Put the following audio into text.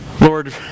Lord